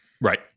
Right